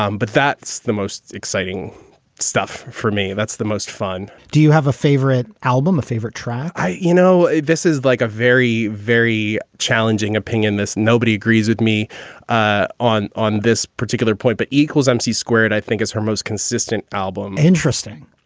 um but that's the most exciting stuff for me. that's the most fun. do you have a favorite album, a favorite track? i you know, this is like a very, very challenging opinion. this nobody agrees with me ah on on this particular point, but equals m c. squared. i think it's her most consistent album. interesting.